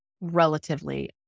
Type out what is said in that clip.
relatively